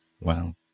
Wow